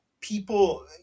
people